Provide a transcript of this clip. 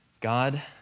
God